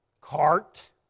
cart